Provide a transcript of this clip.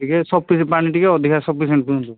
ଟିକିଏ ସପ ଟିକେ ପାଣି ଟିକ ଅଧିକା ସଫିସିଏଣ୍ଟ ପିଅନ୍ତୁ